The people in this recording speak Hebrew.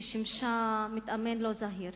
ששימשה מתאמן לא זהיר,